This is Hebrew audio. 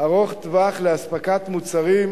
ארוך-טווח לאספקת מוצרים,